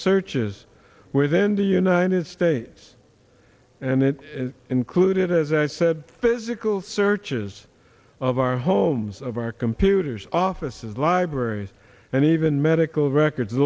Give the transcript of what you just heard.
searches within the united states and it included as i said physical searches of our homes of our computers offices libraries and even medical records